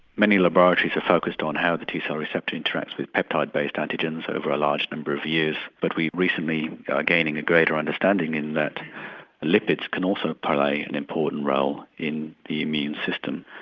many laboratories are focused on how the t-cell receptor interacts with peptide-based antigens over a large number of years, but we recently are gaining a greater understanding in that lipids can also play an important role in the immune system,